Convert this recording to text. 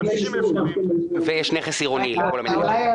260,000 שקלים --- ויש נכס עירוני לכל המינהלים.